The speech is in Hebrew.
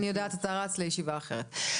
אני יודעת, אתה רץ לישיבה אחרת.